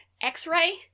X-ray